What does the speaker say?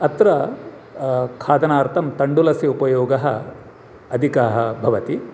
अत्र खादनार्थं तण्डुलस्य उपयोगः अधिकः भवति